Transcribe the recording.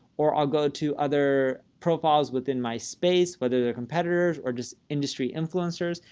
or i'll go to other profiles within my space, whether they're competitors or just industry influencers,